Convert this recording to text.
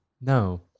No